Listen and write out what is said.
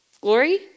glory